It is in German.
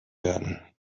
werden